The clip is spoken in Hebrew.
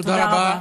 תודה רבה.